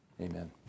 Amen